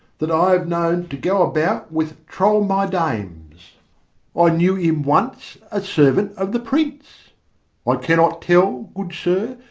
that i have known to go about with troll-my-dames i knew him once a servant of the prince i cannot tell, good sir,